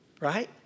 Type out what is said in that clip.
right